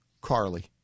Carly